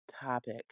topic